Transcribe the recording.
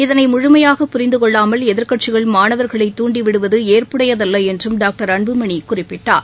இதனைமுமையாக புரிந்தகொள்ளாமல் எதிர்க்கட்சிகள் மாணவர்களை தூண்டிவிடுவதுஏற்புடையதல்லஎன்றும் டாக்டர் அன்புமணிகுறிப்பிட்டார்